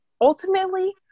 ultimately